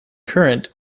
current